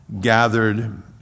gathered